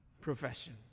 profession